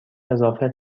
اضافه